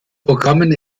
programmen